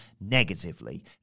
negatively